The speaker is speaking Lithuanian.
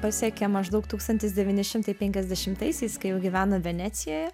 pasiekė maždaug tūkstantis devyni šimtai penkiasdešimtaisiais kai jau gyvena venecijoje